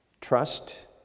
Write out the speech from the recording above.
trust